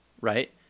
Right